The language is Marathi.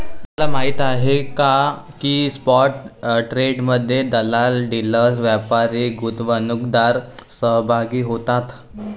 तुम्हाला माहीत आहे का की स्पॉट ट्रेडमध्ये दलाल, डीलर्स, व्यापारी, गुंतवणूकदार सहभागी होतात